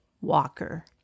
Walker